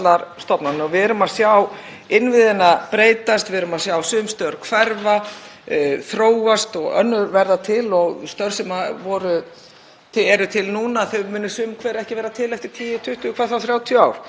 eru til núna munu sum hver ekki vera til eftir 10, 20, hvað þá 30 ár. En háskólarnir leika lykilhlutverk þegar kemur að þessum breytingum sem við viljum sjá og þær verða að vera í samfélaginu ef við ætlum einfaldlega að halda í